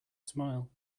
smile